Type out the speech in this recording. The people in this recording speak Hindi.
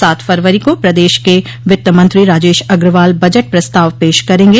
सात फरवरी को प्रदेश क वित्त मंत्री राजेश अग्रवाल बजट प्रस्ताव पेश करेंगे